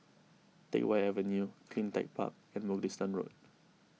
Teck Whye Avenue CleanTech Park and Mugliston Road